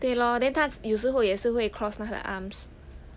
对 lor then 她有时候也是会 cross 那个 arms